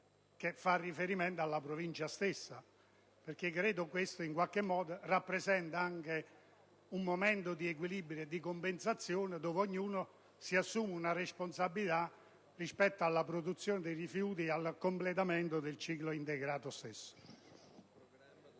che fa riferimento alla Provincia stessa. Credo questo rappresenti anche un momento di equilibrio e di compensazione dove ognuno si assume una responsabilità rispetto alla produzione dei rifiuti e al completamento del ciclo integrato degli